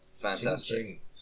Fantastic